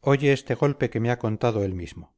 oye este golpe que me ha contado él mismo